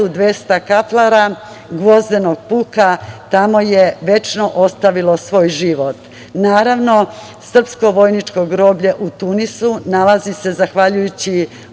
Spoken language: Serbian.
1.200 kaplara gvozdenog puka tamo je večno ostavilo svoj život. Naravno, srpsko vojničko groblje u Tunisu nalazi se zahvaljujući